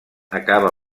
acaba